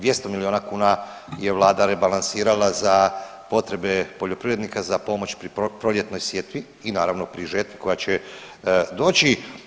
200 miliona kuna je vlada rebalansirala za potrebe poljoprivrednika za pomoć pri proljetnoj sjetvi i naravno pri žetvi koja će doći.